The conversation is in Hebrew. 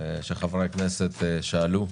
שאלות שחברי הכנסת שאלו.